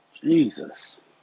Jesus